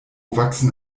wachsen